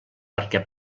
perquè